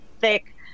thick